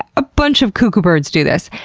a bunch of cuckoo birds do this.